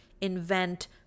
invent